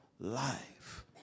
life